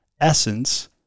essence